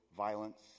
Violence